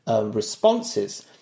responses